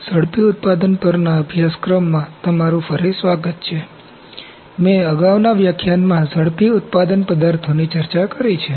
ઝડપી ઉત્પાદન પરના અભ્યાસક્રમમાં તમારું ફરી સ્વાગત છે મેં અગાઉના વ્યાખ્યાનમાં ઝડપી ઉત્પાદન પદાર્થોની ચર્ચા કરી છે